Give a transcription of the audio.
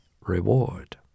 reward